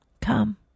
Come